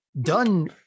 done